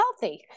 healthy